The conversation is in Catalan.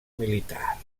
militar